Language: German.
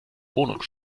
wohnung